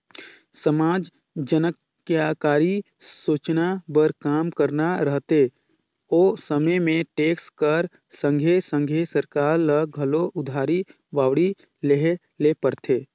समाज जनकलयानकारी सोजना बर काम करना रहथे ओ समे में टेक्स कर संघे संघे सरकार ल घलो उधारी बाड़ही लेहे ले परथे